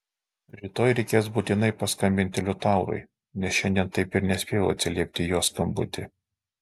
rytoj reikės būtinai paskambinti liutaurui nes šiandien taip ir nespėjau atsiliepti į jo skambutį